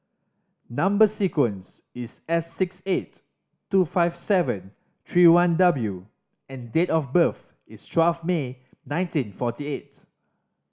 number sequence is S six eight two five seven three one W and date of birth is twelve May nineteen forty eight